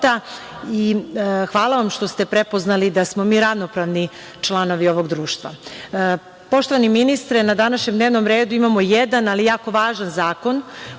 Hvala vam što ste prepoznali da smo mi ravnopravni članovi ovog društva. Poštovani ministre, na današnjem dnevnom redu imamo jedan, ali jako važan zakon